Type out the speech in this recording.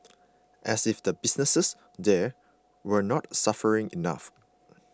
as if the businesses there weren't suffering enough